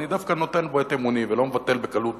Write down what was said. ואני דווקא נותן בו את אמוני ולא מבטל בקלות